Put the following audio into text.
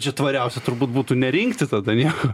čia tvariausia turbūt būtų nerinkti tada nieko